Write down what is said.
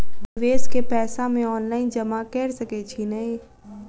निवेश केँ पैसा मे ऑनलाइन जमा कैर सकै छी नै?